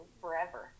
forever